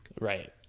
Right